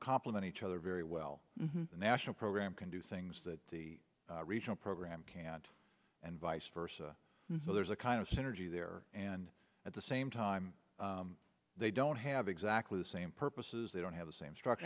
complement each other very well the national program can do things that the regional program can't and vice versa so there's a kind of synergy there and at the same time they don't have exactly the same purposes they don't have the same struc